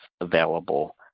available